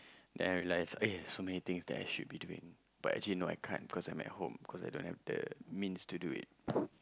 then I realise eh so many things that I should be doing but actually no I can't cause I'm at home cause I don't have the means to do it